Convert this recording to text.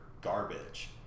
garbage